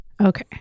Okay